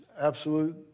absolute